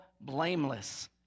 blameless